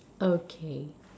okay